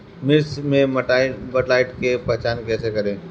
मिर्च मे माईटब्लाइट के पहचान कैसे करे?